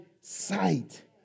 sight